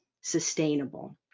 sustainable